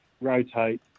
rotate